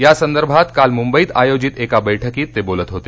यासंदर्भात काल मुंबईत आयोजित एका बैठकीत ते बोलत होते